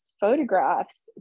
photographs